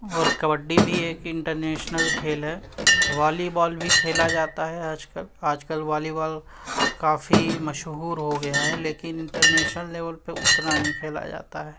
اور کبڈّی بھی ایک انٹرنیشنل کھیل ہے والی بال بھی کھیلا جاتا ہے آج کل آج کل والی بال کافی مشہور ہو گیا ہے لیکن انٹرنیشنل لیول پہ اتنا نہیں کھیلا جاتا ہے